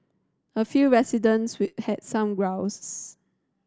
a few residents will had some grouses